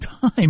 time